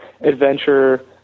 adventure